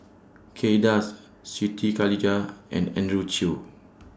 Kay Das Siti Khalijah and Andrew Chew